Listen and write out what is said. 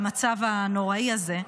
במצב הנוראי הזה.